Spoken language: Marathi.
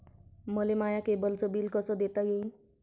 मले माया केबलचं बिल कस देता येईन?